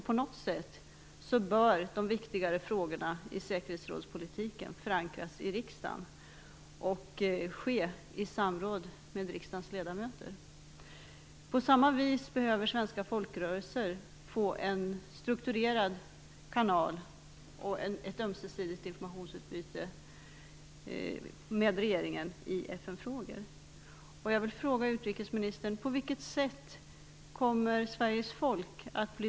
På något sätt bör de viktigare frågorna i säkerhetsrådspolitiken förankras i riksdagen och ske i samråd med riksdagens ledamöter. På samma vis behöver svenska folkrörelser få en strukturerad kanal och ett ömsesidigt informationsutbyte med regeringen i FN-frågor.